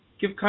Give